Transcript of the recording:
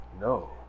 No